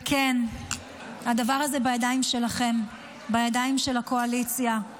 וכן הדבר הזה בידיים שלכם, בידיים של הקואליציה.